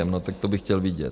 No tak to bych chtěl vidět.